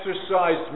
exercise